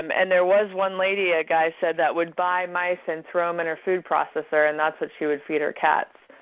um and there was one lady, a guy said, that would buy mice and throw em in her food processor and that's what she would feed her cats.